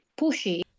pushy